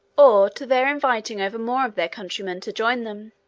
or to their inviting over more of their countrymen to join them.